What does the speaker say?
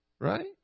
right